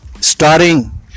starting